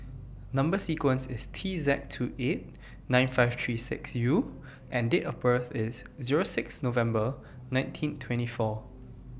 Number sequences IS T Z two eight nine five three six U and Date of birth IS Zero six November nineteen twenty four